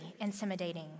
intimidating